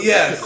Yes